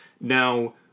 Now